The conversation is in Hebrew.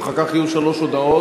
אחר כך יהיו שלוש הודעות.